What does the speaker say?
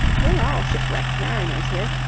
we're all shipwrecked mariners here.